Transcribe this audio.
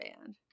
band